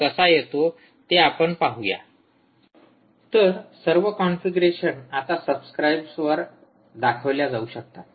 slide वेळ पहा ५१२४ तर सर्व कॉन्फिगरेशन आता सबस्क्राइबर्सवर दाखविल्या जाऊ शकतात